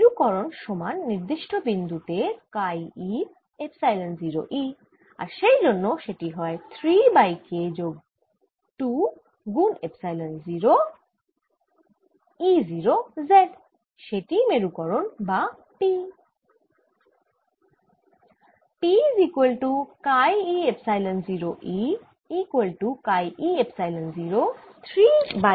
মেরুকরন সমান নির্দিষ্ট বিন্দু তে কাই e এপসাইলন 0 E আর সেই জন্য সেটি হয় 3 বাই K যোগ 2 গুন এপসাইলন 0 E 0 z সেটিই মেরুকরন বা P